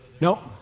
Nope